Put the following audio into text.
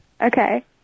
Okay